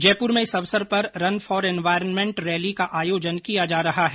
जयप्र में इस अवसर पर रन फोर एनवायरमेंट रैली का आयोजन किया जा रहा है